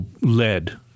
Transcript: lead